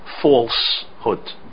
falsehood